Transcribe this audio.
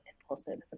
impulsive